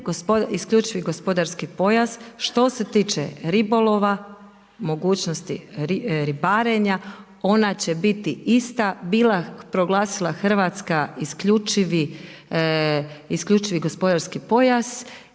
isključivi gospodarski pojas, što se tiče ribolova, mogućnosti ribarenja, ona će biti ista, proglasila Hrvatska isključivi gospodarski pojas